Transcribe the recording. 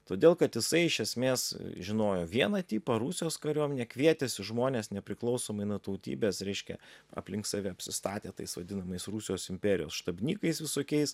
todėl kad jisai iš esmės žinojo vieną tipą rusijos kariuomenė kvietėsi žmones nepriklausomai nuo tautybės reiškia aplink save apsistatė tais vadinamais rusijos imperijos štabnikais visokiais